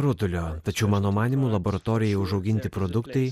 rutulio tačiau mano manymu laboratorijoje užauginti produktai